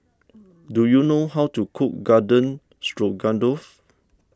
do you know how to cook Garden Stroganoff